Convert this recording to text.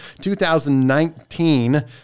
2019